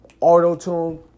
Auto-tune